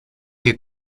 que